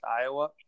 Iowa